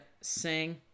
sing